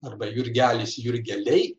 arba jurgelis jurgeliai